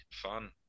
fun